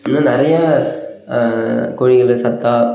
இன்னும் நிறைய கோழிகள சத்தாக